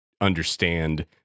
understand